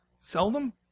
seldom